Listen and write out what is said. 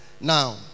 Now